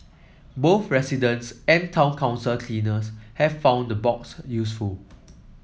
both residents and town council cleaners have found the box useful